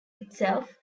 itself